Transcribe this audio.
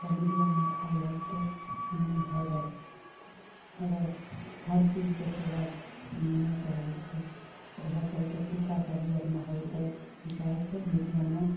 तऽ मीडियममे खाइ लाइकके नून भऽ जाइ छै अगर हर चीजके सुआद नूने सँ होइ छै तऽ इएहे चलते फीका सब्जी अपना होइ तऽ खिचाइ छै मीडियम मे